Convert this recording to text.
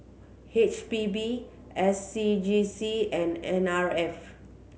H P B S C G C and N R F